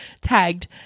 tagged